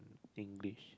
English